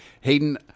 Hayden